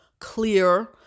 clear